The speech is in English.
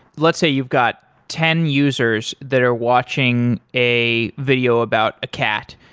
let's say you've got ten users that are watching a video about a cat,